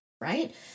right